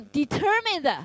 determined